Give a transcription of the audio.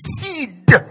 seed